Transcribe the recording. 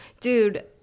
Dude